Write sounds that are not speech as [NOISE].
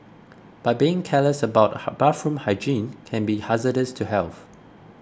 but being careless about [HESITATION] bathroom hygiene can be hazardous to health